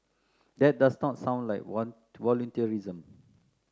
that does not sound like one to volunteerism